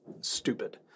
stupid